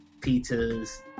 pizzas